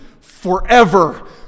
forever